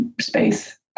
space